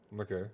okay